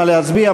מה להצביע,